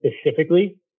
specifically